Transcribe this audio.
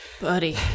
Buddy